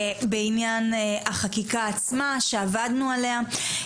בעניין החקיקה עצמה שעבדנו עליה.